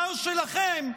שר שלכם,